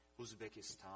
Uzbekistan